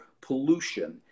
pollution